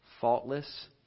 faultless